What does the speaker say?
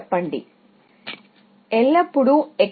అప్పుడు C ఎల్లప్పుడూ ఎక్కువ